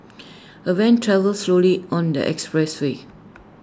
the van travelled slowly on the expressway